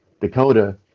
Dakota